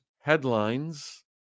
headlines